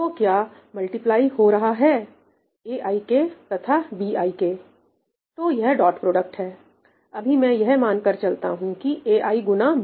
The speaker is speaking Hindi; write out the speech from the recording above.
तो क्या मल्टीप्लाई हो रहा है aik तथा bkj तो यह डॉट प्रोडक्ट है अभी मैं यह मानकर चलता हूं कि ai गुना bi